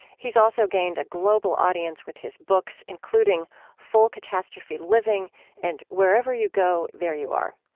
he's also gained a global audience with his books, including full catastrophe living and wherever you go, there you are.